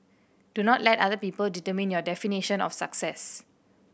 do not let other people determine your definition of success